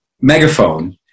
Megaphone